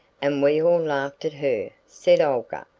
and we all laughed at her, said olga,